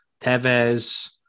Tevez